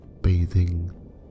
bathing